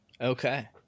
Okay